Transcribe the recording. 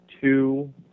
Two